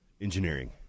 Engineering